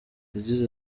yagize